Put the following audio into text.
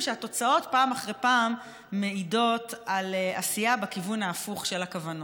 כשהתוצאות פעם אחרי פעם מעידות על עשייה בכיוון ההפוך של הכוונות.